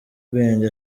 ubwenge